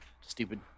stupid